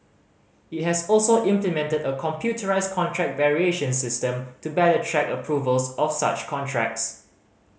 it has also implemented a computerised contract variation system to better track approvals of such contracts